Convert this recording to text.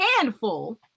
handful